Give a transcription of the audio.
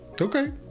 Okay